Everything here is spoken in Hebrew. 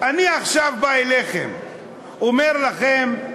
אני עכשיו בא אליכם ואומר לכם: